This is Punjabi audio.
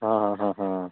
ਹਾਂ ਹਾਂ ਹਾਂ ਹਾਂ